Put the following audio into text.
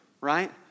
Right